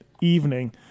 evening